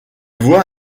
voit